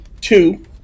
two